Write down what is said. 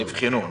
נבחנו.